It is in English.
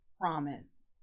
promise